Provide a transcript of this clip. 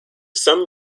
some